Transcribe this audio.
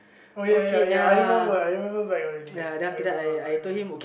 oh ya ya ya I remember I remember back already I remember already